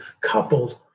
coupled